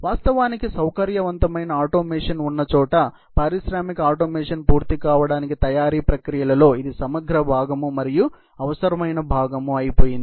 వాస్తవానికి సౌకర్యవంతమైన ఆటోమేషన్ ఉన్నచోట పారిశ్రామిక ఆటోమేషన్ పూర్తి కావడానికి తయారీ ప్రక్రియలలో ఇది సమగ్ర భాగం మరియు అవసరమైన భాగం ఆయిపోయింది